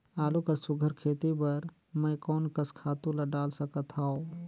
आलू कर सुघ्घर खेती बर मैं कोन कस खातु ला डाल सकत हाव?